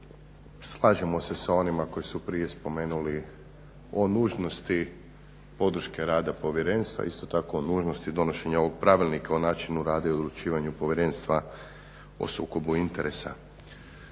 Slažemo se sa onima koji su prije spomenuli o nužnosti podrške rada povjerenstva i isto tako o nužnosti donošenja ovog Pravilnika o načinu rada i odlučivanju Povjerenstva o sukobu interesa.